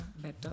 better